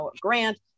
grant